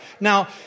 Now